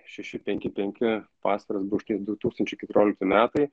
šeši penki penki pasviras brūkšnys du tūkstančiai keturiolikti metai